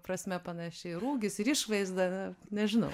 prasme panaši ir ūgis ir išvaizda nežinau